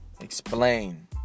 Explain